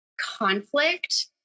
conflict